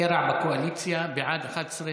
חבר הכנסת גליק, ביקשת?